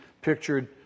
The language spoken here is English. pictured